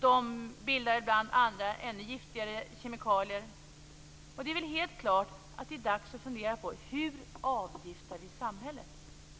De bildar ibland andra, ännu giftigare kemikalier. Det är dags att fundera på hur vi avgiftar samhället.